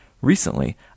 Recently